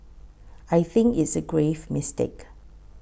I think it's a grave mistake